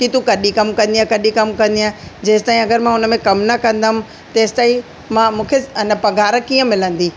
की तूं कॾहिं कम कंदीअ कॾींहि कम कंदीअ जेसि ताईंं अगरि मां हुनमें कम न कंदमि तेसि ताईंं मां मूंखे ए न पगार कीअं मिलंदी